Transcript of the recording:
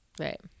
right